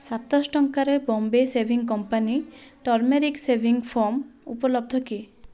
ସାତଶହ ଟଙ୍କାରେ Bombay shaving company turmeric shaving foam ଉପଲବ୍ଧ କି